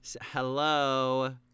Hello